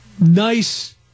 nice